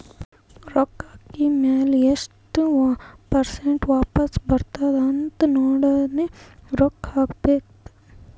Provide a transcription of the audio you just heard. ರೊಕ್ಕಾ ಹಾಕಿದ್ ಮ್ಯಾಲ ಎಸ್ಟ್ ಪರ್ಸೆಂಟ್ ವಾಪಸ್ ಬರ್ತುದ್ ಅಂತ್ ನೋಡಿನೇ ರೊಕ್ಕಾ ಹಾಕಬೇಕ